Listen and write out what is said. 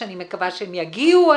שאני מקווה שהם יגיעו,